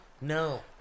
No